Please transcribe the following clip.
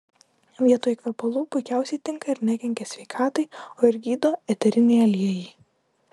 vietoj kvepalų puikiausiai tinka ir nekenkia sveikatai o ir gydo eteriniai aliejai